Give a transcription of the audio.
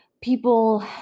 people